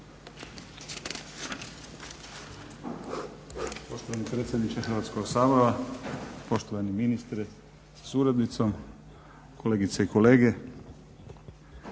Hvala vam